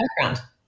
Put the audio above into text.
background